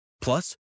Plus